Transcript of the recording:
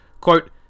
quote